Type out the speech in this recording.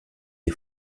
des